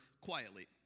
quietly